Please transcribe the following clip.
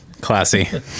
Classy